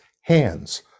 hands